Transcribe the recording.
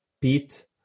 Pete